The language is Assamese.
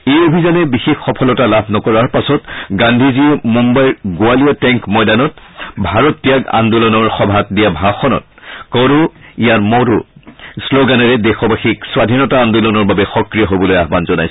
এই অভিযানে বিশেষ সফলতা লাভ নকৰাৰ পাছত গান্ধীজীয়ে মুম্বাইৰ গোৱালিয়া টেংক ময়দানত ভাৰত ত্যাগ আন্দোলনৰ সভাত দিয়া ভাষণত কৰো য়া মৰো শ্লোগানেৰে দেশবাসীক স্বাধীনতা আন্দোলনৰ বাবে সক্ৰিয় হবলৈ আহান জনায়